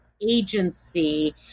agency